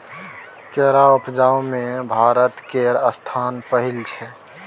केरा उपजाबै मे भारत केर स्थान पहिल छै